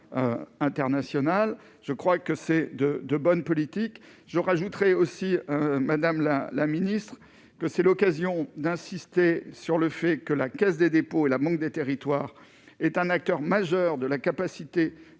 je crois que c'est de de bonne politique je rajouterais aussi madame la la ministre, que c'est l'occasion d'insister sur le fait que la Caisse des dépôts et la banque des territoires est un acteur majeur de la capacité